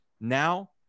Now